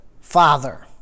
Father